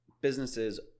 businesses